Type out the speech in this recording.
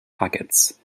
pockets